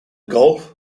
gulf